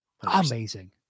amazing